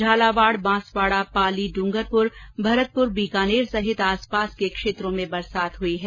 झालावाड़ बांसवाड़ा पाली ड्रंगरपुर भरतपुर बीकानेर सहित आसपास के क्षेत्रों में बरसात हई है